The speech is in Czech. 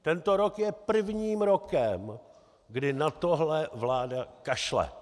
Tento rok je prvním rokem kdy na tohle vláda kašle.